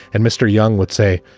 and mr. young would say,